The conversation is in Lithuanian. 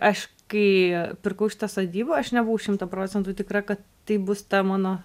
aš kai pirkau šitą sodybą aš nebuvau šimtą procentų tikra ka tai bus ta mano